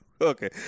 Okay